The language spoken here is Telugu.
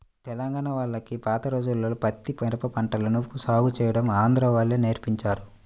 తెలంగాణా వాళ్లకి పాత రోజుల్లో పత్తి, మిరప పంటలను సాగు చేయడం ఆంధ్రా వాళ్ళే నేర్పించారు